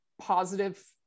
positive